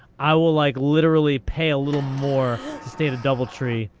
i will like literally pay a little more to stay at a double tree.